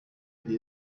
bihe